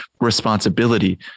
responsibility